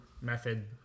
method